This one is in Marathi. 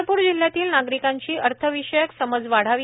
चंद्रपूर जिल्ह्यातील नागरिकांची अर्थविषयक समज वाढावी